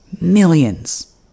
Millions